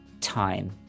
time